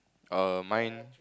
err mine